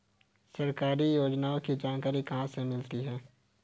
सरकारी योजनाओं की जानकारी कहाँ से मिलती है?